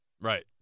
Right